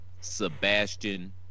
Sebastian